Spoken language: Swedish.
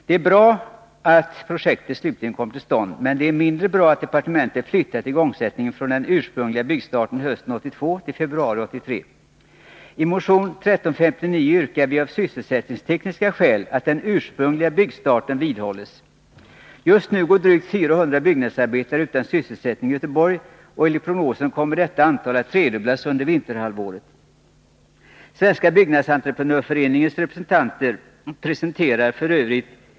Det är bra att projektet slutligen kommer till stånd, men det är mindre bra att departementet flyttat igångsättningen från den ursprungliga byggstarten hösten 1982 till februari 1983. I motion 1359 yrkar vi av sysselsättningsskäl att den ursprungliga byggstarten vidhålls. Just nu går drygt 400 byggnadsarbetare utan sysselsättning i Göteborg, och enligt prognoser kommer detta antal att tredubblas under vinterhalvåret. Svenska byggnadsentreprenörföreningens representanter förutsäger f.ö.